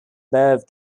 above